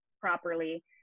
Properly